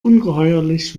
ungeheuerlich